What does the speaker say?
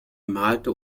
malte